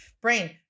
brain